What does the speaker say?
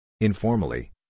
Informally